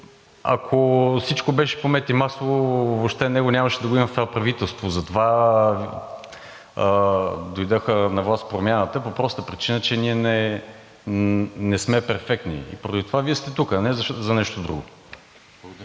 ако всичко беше по мед и масло, въобще него нямаше да го има в това правителство. Затова дойдоха на власт Промяната – по простата причина, че ние не сме перфектни. Поради това Вие сте тук, а не за нещо друго.